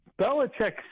Belichick